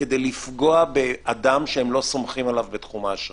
כדי לפגוע באדם שהם לא סומכים עליו בתחום האשראי.